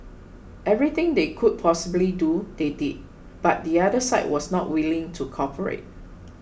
everything they could possibly do they did but the other side was not willing to cooperate